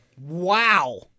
Wow